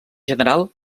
general